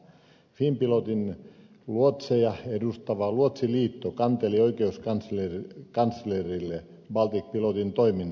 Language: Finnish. finnpilotin luotseja edustava luotsiliitto kanteli oikeuskanslerille baltic pilotin toiminnasta